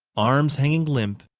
arms hanging limp,